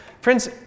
Friends